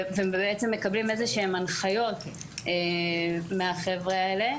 ובעצם מקבלים איזה שהן הנחיות מהחבר'ה האלה.